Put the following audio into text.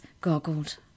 goggled